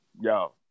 yo